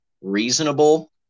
reasonable